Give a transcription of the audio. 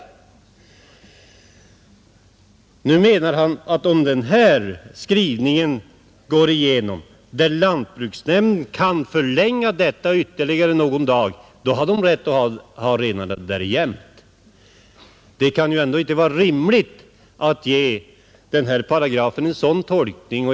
Herr Mossberger säger att om den föreslagna skrivningen, enligt vilken lantbruksnämnden kan förlänga denna tid med någon dag, antages av riksdagen, så kommer samerna att få rättighet att alltid ha renarna på denna mark. Det kan inte vara rimligt att ge denna paragraf en sådan tolkning.